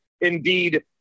indeed